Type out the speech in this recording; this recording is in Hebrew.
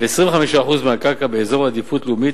ו-25% מהקרקע באזורי עדיפות לאומית.